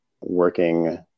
working